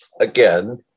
again